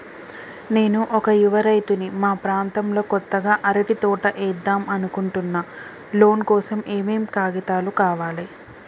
నేను ఒక యువ రైతుని మా ప్రాంతంలో కొత్తగా అరటి తోట ఏద్దం అనుకుంటున్నా లోన్ కోసం ఏం ఏం కాగితాలు కావాలే?